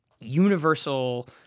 universal